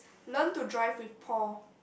learn to drive with Paul